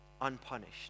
unpunished